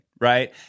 right